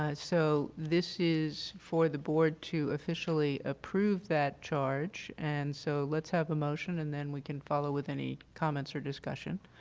ah so this is for the board to officially approve that charge. and so let's have a motion and then we can follow with any comments or discussion.